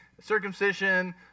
circumcision